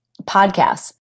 podcasts